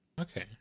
Okay